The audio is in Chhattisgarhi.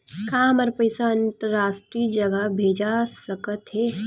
का हमर पईसा अंतरराष्ट्रीय जगह भेजा सकत हे?